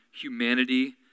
humanity